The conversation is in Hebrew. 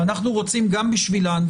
אנחנו רוצים גם עבורן,